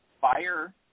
Fire